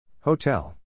Hotel